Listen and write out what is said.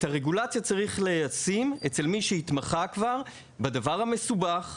את הרגולציה צריך לשים אצל מי שהתמחה כבר בדבר המסובך,